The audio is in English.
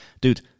Dude